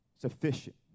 sufficient